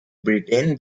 britain